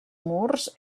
murs